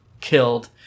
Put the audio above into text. killed